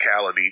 physicality